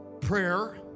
prayer